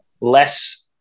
less